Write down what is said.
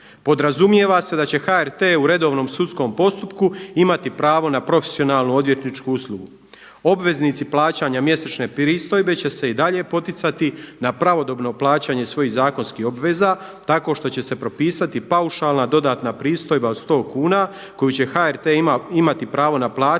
Podrazumijeva se da će HRT u redovnom sudskom postupku imati pravo na profesionalnu odvjetničku uslugu. Obveznici plaćanja mjesečne pristojbe će se i dalje poticati na pravodobno plaćanje svojih zakonskih obveza, tako što će se propisati paušalna dodatna pristojba od sto kuna koju će HRT imati pravo naplatiti